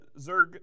Zerg